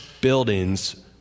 buildings